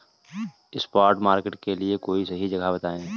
spot market के लिए कोई सही जगह बताएं